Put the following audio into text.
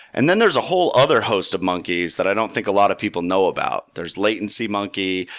and then, there's a whole other host of monkeys that i don't think a lot of people know about. there's latency monkey.